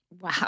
Wow